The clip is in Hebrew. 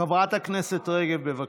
חברת הכנסת רגב, בבקשה.